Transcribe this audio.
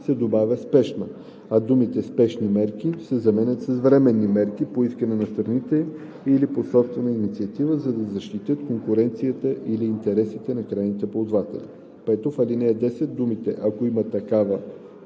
се добавя „спешна“, а думите „спешни мерки“ се заменят с „временни мерки, по искане на страните или по собствена инициатива, за да се защитят конкуренцията или интересите на крайните ползватели“. 5. В ал. 10 думите „ако има такова,